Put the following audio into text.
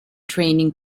training